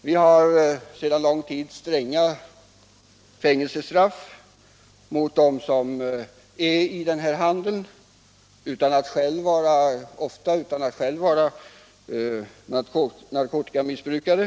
Vi har exempelvis sedan lång tid stränga fängelsestraff mot dem som är med i handeln med narkotika — ofta utan att själva vara narkotikamissbrukare.